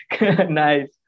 Nice